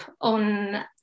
on